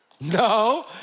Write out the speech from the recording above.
No